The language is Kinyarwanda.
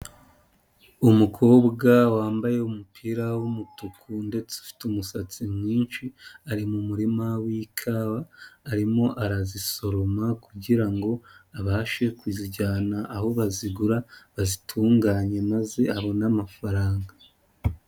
Umukobwa wambaye umupira w'umutuku ndetse ufite umusatsi mwinshi, ari mu murima w'ikawa, arimo arazisoroma kugira ngo abashe kuzijyana aho bazigura, bazitunganye maze abone amafaranga.